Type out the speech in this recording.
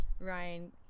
Ryan